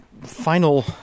final